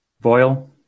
Boyle